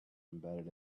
embedded